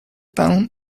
town